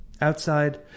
Outside